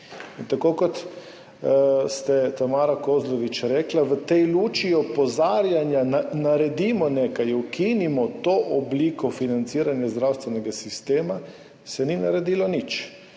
tako kot ste rekli, Tamara Kozlovič, v tej luči opozarjanja, naredimo nekaj, ukinimo to obliko financiranja zdravstvenega sistema, se ni naredilo nič,